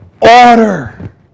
order